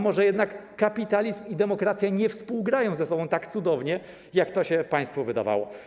Może jednak kapitalizm i demokracja nie współgrają ze sobą tak cudownie, jak to się państwu wydawało.